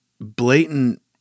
blatant